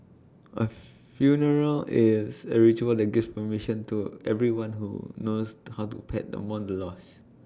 A funeral is A ritual that gives permission to everyone who knows the hot to pet the mourn loss